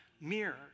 mirror